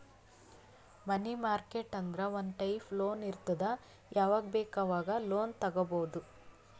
ಮನಿ market ಅಂದುರ್ ಒಂದ್ type loan ಇರ್ತುದ್ ಯಾವಾಗ್ ಬೇಕ್ ಆವಾಗ್ ಲೋನ್ ತಗೊಬೋದ್